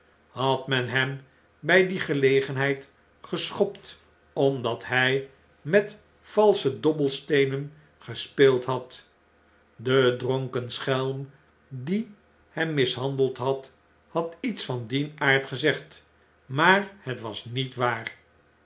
had men hem by die gelegenheid geschopt omdat hi met valsche dobbelsteenen gespeeldhad dedronken sehelm die hem mishandeld had had iets van dien aard gezegd maar het was niet waar